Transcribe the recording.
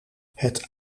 het